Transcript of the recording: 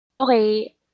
okay